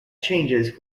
changes